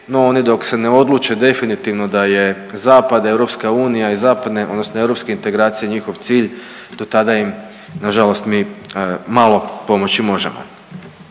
No oni dok se ne odluče definitivno da je zapad EU i zapadne odnosno europske integracije njihov cilj do tada im na žalost mi malo pomoći možemo.